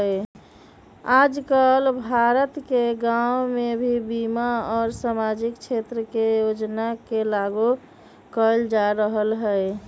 आजकल भारत के गांव में भी बीमा और सामाजिक क्षेत्र के योजना के लागू कइल जा रहल हई